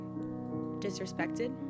disrespected